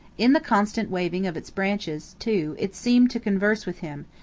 in the constant waving of its branches, too, it seemed to converse with him,